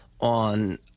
on